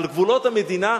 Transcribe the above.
על גבולות המדינה,